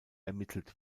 ermittelt